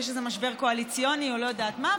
איזה משבר קואליציוני או לא יודעת מה.